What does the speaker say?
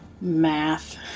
math